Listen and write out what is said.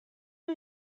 who